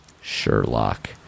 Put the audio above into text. Sherlock